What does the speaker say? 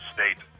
State